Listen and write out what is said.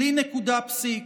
בלי נקודה פסיק,